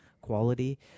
quality